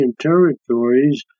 territories